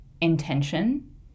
intention